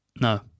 No